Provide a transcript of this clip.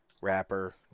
wrapper